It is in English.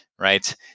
right